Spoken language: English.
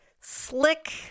slick